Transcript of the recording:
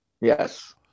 yes